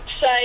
say